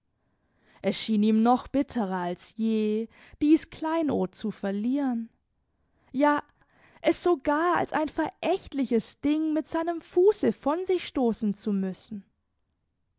es schien ihm noch bitterer als je dies kleinod zu verlieren ja es sogar als ein verächtliches ding mit seinem fuße von sich stoßen zu müssen